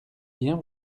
bien